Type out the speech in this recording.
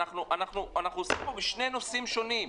אנחנו עוסקים פה בשני נושאים שונים.